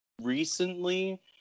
recently